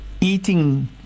eating